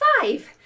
Five